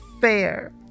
fair